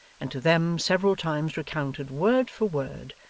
and to them several times recounted, word for word,